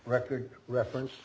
record reference